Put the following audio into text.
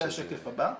זה השקף הבא.